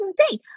insane